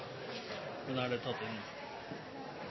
den